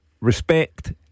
respect